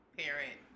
parent